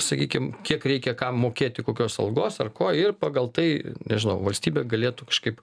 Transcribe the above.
sakykim kiek reikia kam mokėti kokios algos ar ko ir pagal tai nežinau valstybė galėtų kažkaip